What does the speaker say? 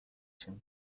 się